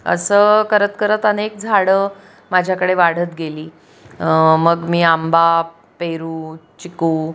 असं करत करत अनेक झाडं माझ्याकडे वाढत गेली मग मी आंबा पेरू चिकू